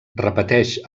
repeteix